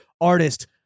Artist